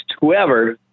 whoever